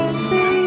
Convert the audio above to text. say